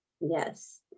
yes